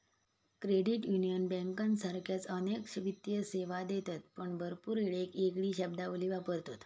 credit union बँकांसारखाच अनेक वित्तीय सेवा देतत पण भरपूर येळेक येगळी शब्दावली वापरतत